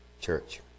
church